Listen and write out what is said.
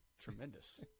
tremendous